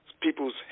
people's